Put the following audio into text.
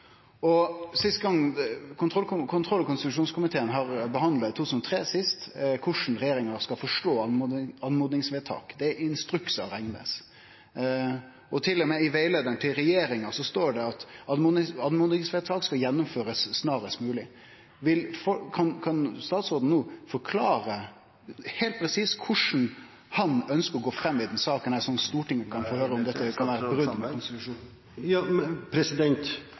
Kontroll- og konstitusjonskomiteen behandla siste gong i 2003 korleis regjeringa skal forstå oppmodingsvedtak. Dei skal reknast som instruksar. Til og med i rettleiinga til regjeringa står det at oppmodingsvedtak skal gjennomførast snarast mogleg. Kan statsråden no forklare heilt presist korleis han ønskjer å gå fram i denne saka? Anmodningsforslaget var i dette tilfellet at Stortinget